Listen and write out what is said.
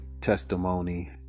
testimony